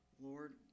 Lord